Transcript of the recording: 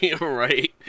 Right